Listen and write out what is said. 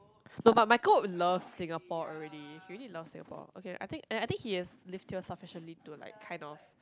no but Michael loves Singapore already he already loves Singapore okay I think and I think he has lived here sufficiently to like kind of